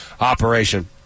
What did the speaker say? operation